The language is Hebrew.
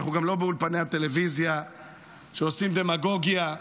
אנחנו גם לא באולפני הטלוויזיה שעושים דמגוגיה.